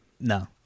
No